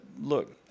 look